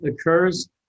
occurs